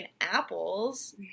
Apples